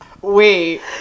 Wait